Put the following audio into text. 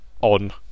on